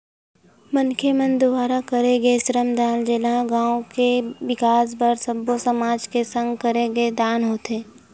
मनखे मन दुवारा करे गे श्रम दान जेनहा गाँव के बिकास बर सब्बो समाज के संग करे गे दान होथे